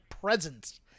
presence